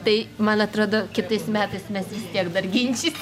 tai man atrodo kitais metais mes vis tiek dar ginčysim